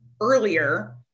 earlier